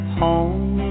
home